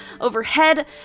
overhead